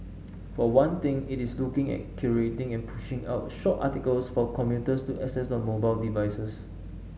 for one thing it is looking at curating and pushing out short articles for commuters to access on mobile devices